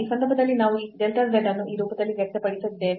ಈ ಸಂದರ್ಭದಲ್ಲಿ ನಾವು ಈ delta z ಅನ್ನು ಈ ರೂಪದಲ್ಲಿ ವ್ಯಕ್ತಪಡಿಸಿದ್ದೇವೆ